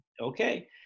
Okay